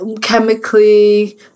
chemically